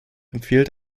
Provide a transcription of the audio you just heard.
empfiehlt